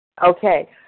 Okay